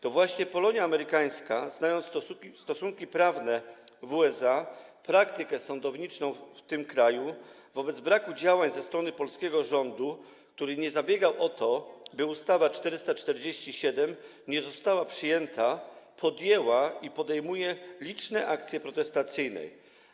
To właśnie Polonia amerykańska, znając stosunki prawne w USA, praktykę sądowniczą w tym kraju, wobec braku działań ze strony polskiego rządu, który nie zabiegał o to, by ustawa 447 nie została przyjęta, podjęła i podejmuje liczne akcje protestacyjne.